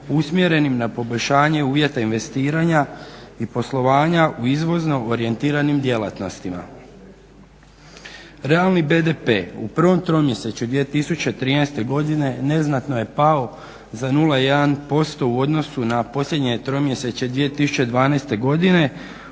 usmjerenim na poboljšanje uvjeta investiranja i poslovanja u izvozno orijentiranim djelatnostima. Realni BDP u prvom 2013.godine neznatno je pao za 0,1% u odnosu na posljednje tromjesečje 2012.godine